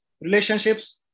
relationships